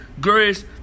grace